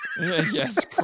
yes